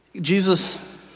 Jesus